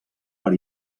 per